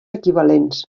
equivalents